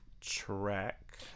track